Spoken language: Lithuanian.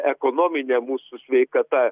ekonominė mūsų sveikata